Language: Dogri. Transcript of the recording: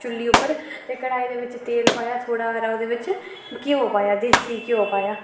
चुल्ली उप्पर ते कड़ाही दे बिच्च तेल पाया ओह्दै बिच्च घ्यो पाया देस्सी घ्यो पाया